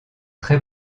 très